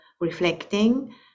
reflecting